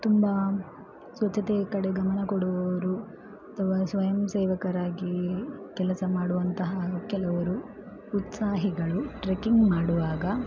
ತುಂಬ ಸ್ವಚ್ಛತೆಯ ಕಡೆ ಗಮನ ಕೊಡುವವರು ಅಥವಾ ಸ್ವಯಂಸೇವಕರಾಗಿ ಕೆಲಸ ಮಾಡುವಂತಹ ಕೆಲವರು ಉತ್ಸಾಹಿಗಳು ಟ್ರೆಕಿಂಗ್ ಮಾಡುವಾಗ